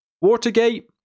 Watergate